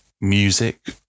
music